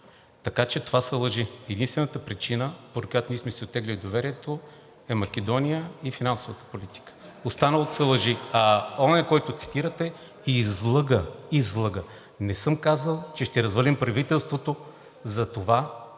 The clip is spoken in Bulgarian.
така че това са лъжи. Единствената причина, поради която ние сме си оттеглили доверието, е Македония и финансовата политика. Останалото са лъжи. А оня, който цитирате, излъга. Излъга! Не съм казал, че ще развалим правителството за това,